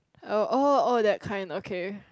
oh oh oh that kind okay